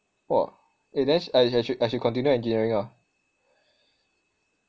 !wah! eh then sh~ I sh~ I should continue engineering hor